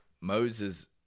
Moses